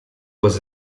was